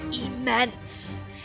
immense